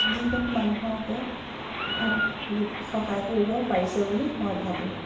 যিকোনো মানুহকে সহায় কৰিব পাৰিছে বুলি মই ভাবোঁ